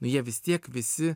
nu jie vis tiek visi